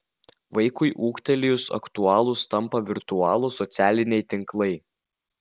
vaikui ūgtelėjus aktualūs tampa virtualūs socialiniai tinklai